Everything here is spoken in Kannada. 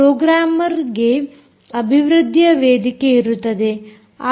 ಪ್ರೋಗ್ರಾಮರ್ಗೆ ಅಭಿವೃದ್ದಿಯ ವೇದಿಕೆಯಿರುತ್ತದೆ